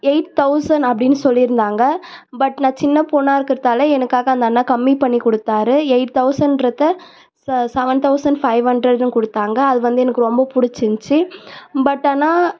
eight thousand அப்படினு சொல்லி இருந்தாங்க பட் நான் சின்ன பொண்ணாக இருக்கறத்தால் எனக்காக அந்த அண்ணா கம்மி பண்ணி கொடுத்தாரு எயிட் தௌசண்றதை ச செவன் தௌசண்ட் ஃபைவ் ஹண்ட்ரெட்னு கொடுத்தாங்க அது வந்து எனக்கு ரொம்ப பிடிச்சிந்ச்சி பட் ஆனால்